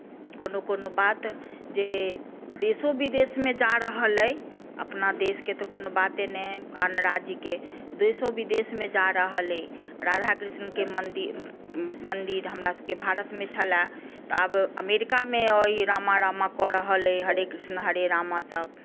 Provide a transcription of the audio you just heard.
कोनो कोनो बात जे देशो विदेशमे जा रहल अइ अपना देशके तऽ कोनो बाते नहि आन राज्यके देशो विदेशमे जा रहल अइ राधा कृष्णके मन्दिर मन्दिर हमरासभकेँ भारतमे छलए तऽ आब अमेरिकामे अइ रामा रामा कऽ रहल अइ हरे कृष्ण हरे रामा सभ